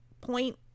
point